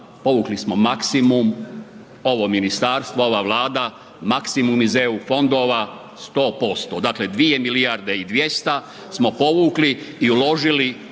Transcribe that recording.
povukli smo maksimum, ovo ministarstvo, ova Vlada maksimum iz eu fondova 100%, dakle 2 milijarde i 200 smo povukli i uložili